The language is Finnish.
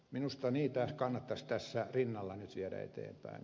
minusta niitä kannattaisi tässä rinnalla nyt viedä eteenpäin